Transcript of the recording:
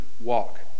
walk